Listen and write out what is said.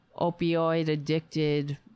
opioid-addicted